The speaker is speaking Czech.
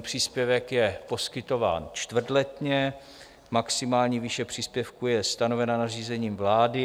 Příspěvek je poskytován čtvrtletně, maximální výše příspěvku je stanovena nařízením vlády.